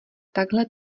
takhle